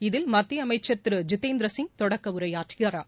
இதில் மத்திய அமைச்சர் திரு ஜிதேந்திர சிங் தொடக்க உரையாற்றுகிறார்